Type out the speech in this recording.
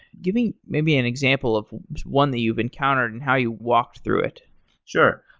give me, maybe, an example of one that you've encountered and how you walked through it sure.